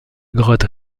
grotte